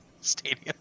Stadium